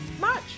March